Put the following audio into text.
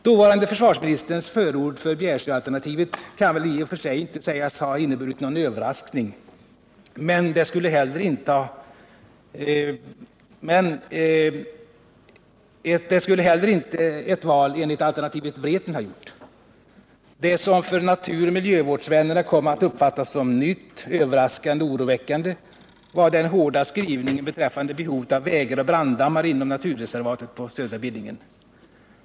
Dåvarande försvarsministerns förord för Bjärsjöalternativet kan väl i och för sig inte sägas ha inneburit någon överraskning, men det skulle inte heller ett val enligt alternativet Vreten ha gjort. Det som för naturoch miljövårdsvännerna kom att uppfattas som nytt, överraskande och oroväckande var den hårda skrivningen beträffande behovet av vägar och branddammar inom naturreservatet på södra Billingen.